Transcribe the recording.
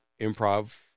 improv